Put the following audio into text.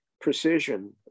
precision